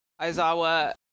aizawa